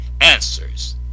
answers